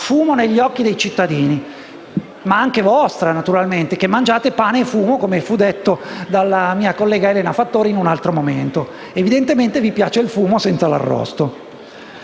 fumo negli occhi dei cittadini, ma anche vostri, naturalmente, che mangiate pane e fumo, come fu detto dalla mia collega Elena Fattori in un altro momento. Evidentemente vi piace il fumo senza l'arrosto.